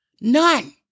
none